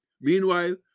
Meanwhile